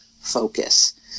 focus